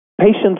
Patients